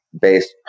based